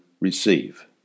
receive